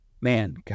Man